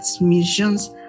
missions